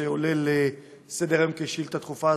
שעולה לסדר-היום כשאילתה דחופה,